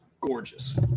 Gorgeous